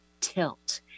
tilt